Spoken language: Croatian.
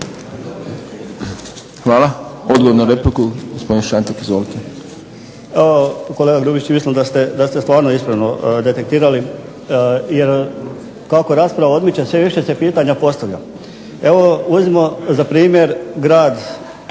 Hvala. Odgovor na repliku. Gospodin Šantek. Izvolite. **Šantek, Ivan (HDZ)** Kolega Grubišić mislim da ste stvarno ispravno detektirali, jer kako rasprava odmiče sve se više pitanja postavlja. Evo uzmimo za primjer